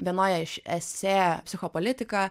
vienoje iš esė psichopolitika